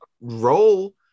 role